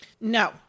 No